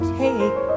take